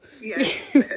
Yes